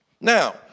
Now